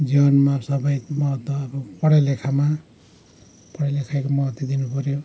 जीवनमा सबैको महत्त्व अब पढाइ लेखाइमा पढाइ लेखाइमा दिनैपऱ्यो